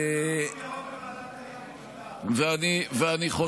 אני נותן לה מסלול ירוק לוועדת העלייה והקליטה.